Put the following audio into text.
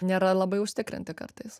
nėra labai užtikrinti kartais